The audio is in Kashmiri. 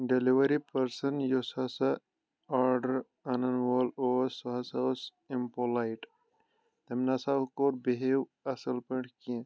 ڈیلؤری پٔرسَن یُس ہسا آرڈر اَنان وول اوس سُہ ہسا اوس اِمپولایٹ تٔمۍ نسا کوٚر بِہیو اَصل پٲٹھۍ کینٛہہ